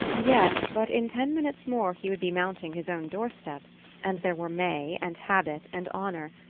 yes, but in ten minutes more he would be mounting his own doorstep and there were may, and habit, and honour,